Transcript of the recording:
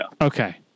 Okay